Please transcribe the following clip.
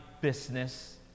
business